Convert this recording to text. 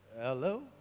hello